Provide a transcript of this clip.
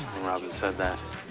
when robyn said that,